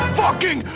fucking,